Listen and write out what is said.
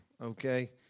okay